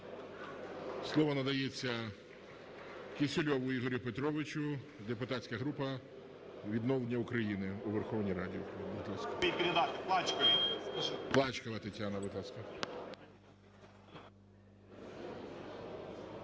Слово надається Кісільову Ігорю Петровичу, депутатська група "Відновлення України" у Верховній Раді, будь ласка.